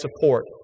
support